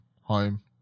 home